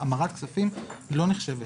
המרת כספים לא נחשבת.